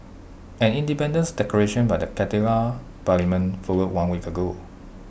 an independence declaration by the Catalan parliament followed one week ago